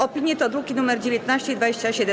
Opinie to druki nr 19 i 27.